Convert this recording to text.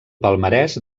palmarès